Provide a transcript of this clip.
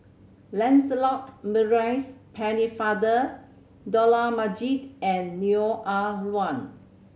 Lancelot Maurice Pennefather Dollah Majid and Neo Ah Luan